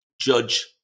judge